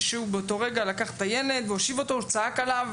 זה שהוא באותו רגע לקח את הילד והושיב אותו או שצעק עליו,